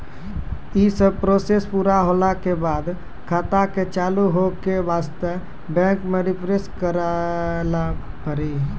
यी सब प्रोसेस पुरा होला के बाद खाता के चालू हो के वास्ते बैंक मे रिफ्रेश करैला पड़ी?